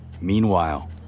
Meanwhile